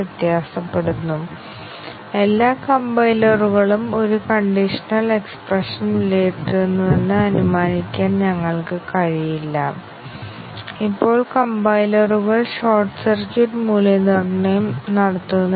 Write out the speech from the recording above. വലിയ പ്രോഗ്രാമുകൾക്കായി ഞാൻ പറഞ്ഞതുപോലെ സ്റ്റേറ്റ്മെന്റ് കവറേജ് നേടുന്നതിന് ഞങ്ങൾ ശരിക്കും ടെസ്റ്റ് കേസുകൾ രൂപകൽപ്പന ചെയ്യുന്നില്ല ഞങ്ങൾ ക്രമരഹിതമായ ഇൻപുട്ട് നൽകുകയും കവറേജ് എന്താണെന്ന് പരിശോധിച്ചുകൊണ്ടിരിക്കുകയും ചെയ്യുന്നു